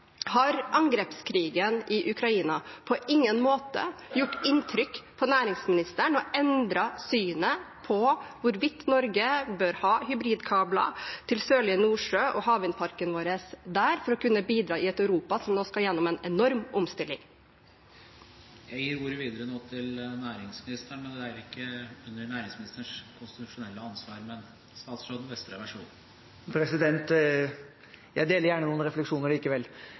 Har angrepskrigen i Ukraina på ingen måte gjort inntrykk på næringsministeren og endret synet på hvorvidt Norge bør ha hybridkabler til Sørlige Nordsjø og havvindparken vår der for å kunne bidra i et Europa som nå skal igjennom en enorm omstilling? Dette hører ikke inn under næringsministerens konstitusjonelle ansvar, men jeg gir likevel nå ordet videre til næringsministeren. – Statsråd Vestre, vær så god. Jeg deler gjerne noen refleksjoner likevel.